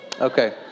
Okay